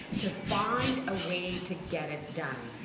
to find a way to get it done.